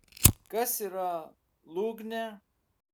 kas yra lūgnė